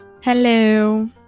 Hello